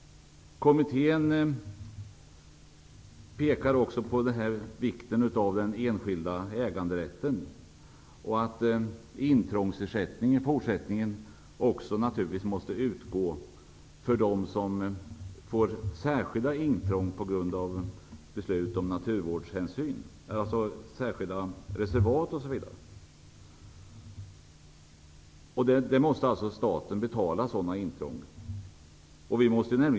Kommittén betonar också vikten av den enskilda äganderätten och menar att intrångsersättning naturligtvis måste utgå i fortsättningen för dem som drabbas av särskilda intrång till följd av beslut som fattas av naturvårdshänsyn, dvs. särskilda reservat o.d. Staten skall alltså ersätta för sådana intrång.